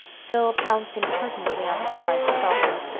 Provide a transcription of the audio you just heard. phil pounced impertinently on the card that fell from it,